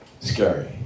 Scary